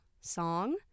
song